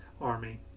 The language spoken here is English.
army